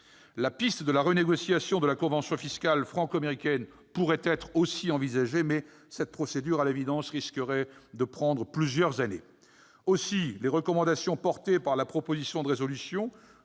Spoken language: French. La piste de la renégociation de la convention fiscale franco-américaine peut aussi être envisagée, mais cette procédure risquerait à l'évidence de prendre plusieurs années. Aussi, les recommandations portées par la proposition de résolution